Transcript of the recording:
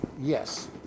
Yes